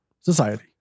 Society